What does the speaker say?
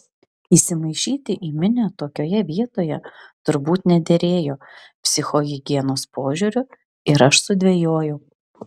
įsimaišyti į minią tokioje vietoje turbūt nederėjo psichohigienos požiūriu ir aš sudvejojau